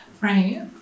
Right